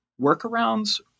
workarounds